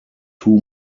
two